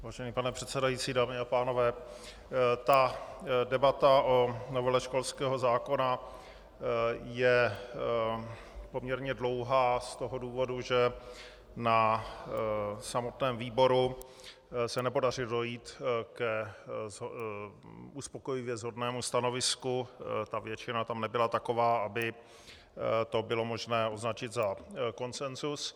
Vážený pane předsedající, dámy a pánové, debata o novele školského zákona je poměrně dlouhá z toho důvodu, že na samotném výboru se nepodařilo dojít k uspokojivě shodnému stanovisku, ta většina tam nebyla taková, aby to bylo možné označit za konsensus.